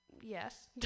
yes